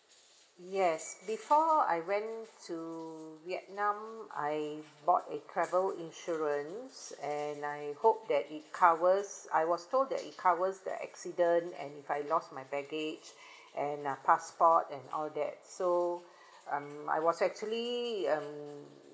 yes before I went to vietnam I bought a travel insurance and I hope that it covers I was told that it covers the accident and if I lost my baggage and a passport and all that so um I was actually um